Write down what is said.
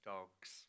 Dogs